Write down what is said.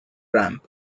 ramp